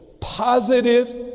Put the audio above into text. Positive